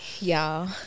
Y'all